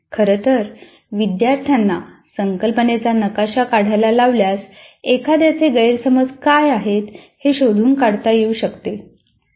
खरं तर विद्यार्थ्यांना संकल्पनेचा नकाशा काढायला लावल्यास एखाद्याचे गैरसमज काय आहेत हे शोधून काढता येऊ शकते